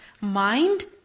mind